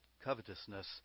covetousness